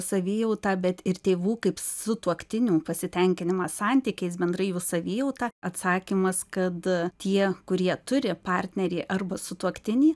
savijautą bet ir tėvų kaip sutuoktinių pasitenkinimas santykiais bendrai jų savijauta atsakymas kad tie kurie turi partnerį arba sutuoktinį